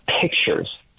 pictures